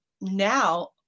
now